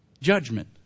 judgment